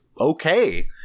okay